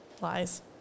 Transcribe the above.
Lies